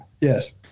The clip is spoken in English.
Yes